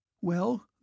Well